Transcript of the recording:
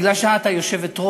מכיוון שאת היושבת-ראש,